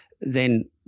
then-